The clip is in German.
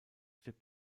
stirbt